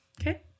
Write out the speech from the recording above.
Okay